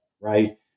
right